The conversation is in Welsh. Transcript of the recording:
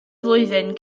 flwyddyn